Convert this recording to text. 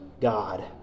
God